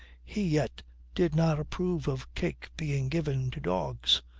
he yet did not approve of cake being given to dogs.